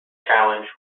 challenge